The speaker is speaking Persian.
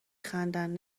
خندند